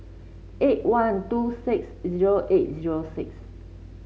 eight one two six zero eight zero six